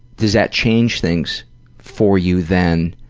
does that change things for you then?